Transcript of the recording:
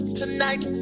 tonight